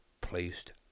placed